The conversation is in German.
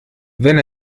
wenn